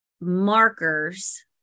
markers